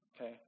okay